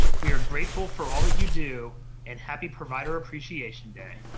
we are grateful for all that you do and happy provider appreciation day!